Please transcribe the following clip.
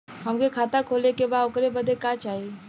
हमके खाता खोले के बा ओकरे बादे का चाही?